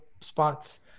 spots